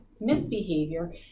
misbehavior